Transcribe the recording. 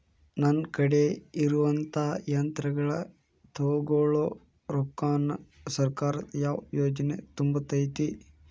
ನನ್ ಕಡೆ ಇರುವಂಥಾ ಯಂತ್ರಗಳ ತೊಗೊಳು ರೊಕ್ಕಾನ್ ಸರ್ಕಾರದ ಯಾವ ಯೋಜನೆ ತುಂಬತೈತಿ?